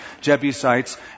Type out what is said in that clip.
Jebusites